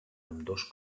ambdós